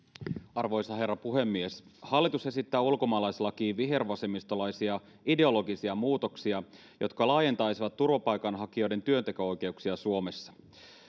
arvoisa herra puhemies hallitus esittää ulkomaalaislakiin vihervasemmistolaisia ideologisia muutoksia jotka laajentaisivat turvapaikanhakijoiden työnteko oikeuksia suomessa